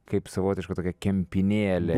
kaip savotiška tokia kempinėlė